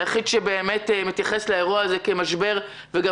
היחיד שבאמת מתייחס לאירוע הזה כמשבר וגם